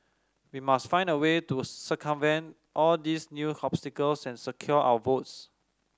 we must find a way to circumvent all these new obstacles and secure our votes